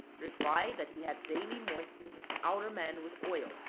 replied that he had daily moistened his outer man with oil,